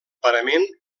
parament